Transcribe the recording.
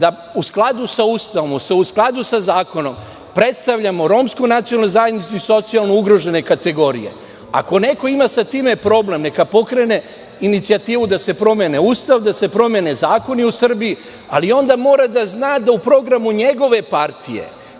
u skladu sa Ustavom, u skladu sa zakonom, predstavljamo Romsku nacionalnu zajednicu i socijalno ugrožene kategorije. Ako neko ima sa tim problem, neka pokrene inicijativu da se promeni Ustavu, da se promene zakoni u Srbiji, ali onda mora da zna da je u programu njegove partije